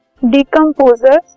decomposers